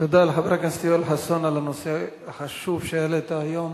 תודה לחבר הכנסת יואל חסון על הנושא החשוב שהעלה היום.